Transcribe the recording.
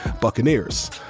Buccaneers